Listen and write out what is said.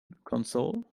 console